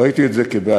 ראיתי את זה כבעיה,